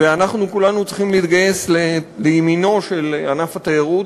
ואנחנו כולנו צריכים להתגייס לימינו של ענף התיירות